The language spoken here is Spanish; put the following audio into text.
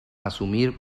asumir